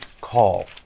call